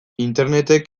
internetek